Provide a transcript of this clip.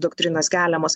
doktrinos keliamos